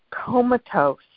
comatose